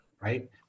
Right